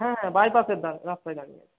হ্যাঁ বাইপাসের ধারে রাস্তায় দাঁড়িয়ে আছি